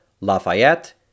Lafayette